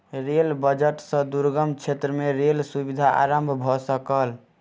rail budget सॅ दुर्गम क्षेत्र में रेल सुविधा आरम्भ भ सकल